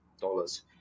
dollars